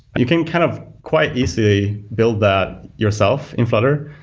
you can kind of quite easily build that yourself in flutter.